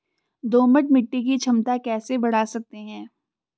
दोमट मिट्टी की क्षमता कैसे बड़ा सकते हैं?